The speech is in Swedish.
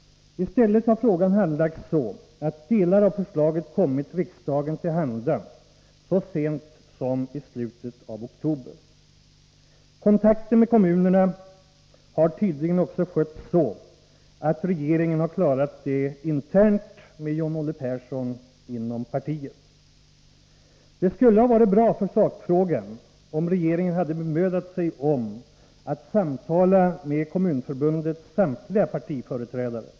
I stället har frågan handlagts så, att delar av förslaget kommit riksdagen till handa så sent som i slutet av oktober. Kontakten med kommunerna har tydligen regeringen klarat av internt inom partiet — med John-Olle Persson. Det skulle ha varit bra för sakfrågan om regeringen hade bemödat sig om att samtala med Kommunförbundets samtliga partiföreträdare.